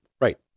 Right